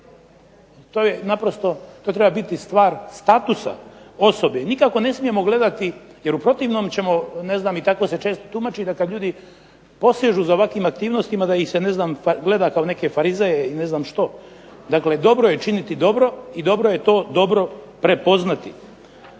To je naprosto, to treba biti stvar statusa osobe i nikako ne smijemo gledati, jer u protivnom ćemo ne znam i tako se često tumači da kad ljudi posežu za ovakvim aktivnostima da ih se ne znam gleda kao neke farizeje i ne znam što. Dakle dobro je činiti dobro i dobro je to dobro prepoznati.